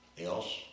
else